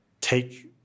take